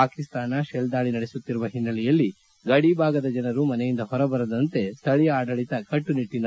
Pakistan shell ದಾಳಿ ನಡೆಸುತ್ತಿರುವ ಹಿನ್ನೆಲೆಯಲ್ಲಿ ಗಡಿ ಭಾಗದ ಜನರು ಮನೆಯಿಂದ ಹೊರಬರದಂತೆ ಸ್ಥಳೀಯ ಆಡಳಿತ ಸೂಚಿಸಿದೆ